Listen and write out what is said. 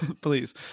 Please